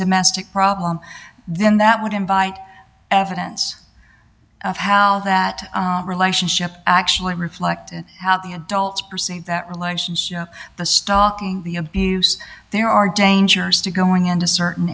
domestic problem then that would invite evidence of how that relationship actually reflected how the adults perceive that relations the stalking the abuse there are dangers to going into certain